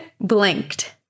blinked